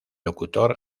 locutor